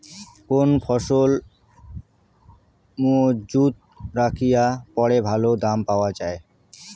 কোন ফসল মুজুত রাখিয়া পরে ভালো দাম পাওয়া যায়?